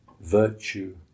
virtue